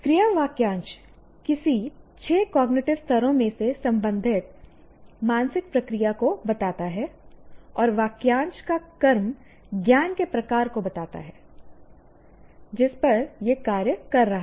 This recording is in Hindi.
क्रिया वाक्यांश किसी 6 कॉग्निटिव स्तरों में से संबंधित मानसिक प्रक्रिया को बताता है और वाक्यांश का कर्म ज्ञान के प्रकार को बताता है जिस पर यह कार्य कर रहा है